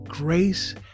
Grace